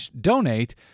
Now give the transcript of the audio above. donate